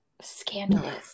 scandalous